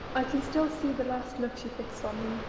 i can still see the last look she fixed on me,